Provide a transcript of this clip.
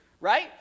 right